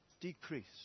Decrease